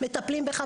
מטפלים בך,